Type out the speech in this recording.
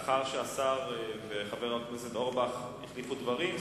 לאחר שהשר וחבר הכנסת אורבך החליפו דברים,